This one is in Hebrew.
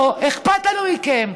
לא אכפת לנו מכם?